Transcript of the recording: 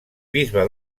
bisbe